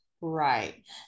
right